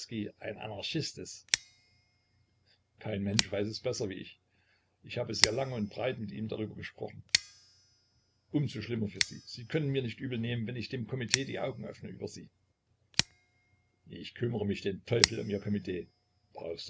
ein anarchist ist kein mensch weiß es besser wie ich ich habe sehr lang und breit mit ihm darüber gesprochen um so schlimmer für sie sie können mir nicht übel nehmen wenn ich dem komitee die augen über sie öffne ich kümmere mich den teufel um ihr